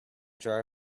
jar